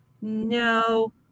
No